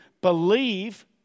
Believe